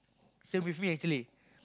same with me actually